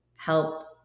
help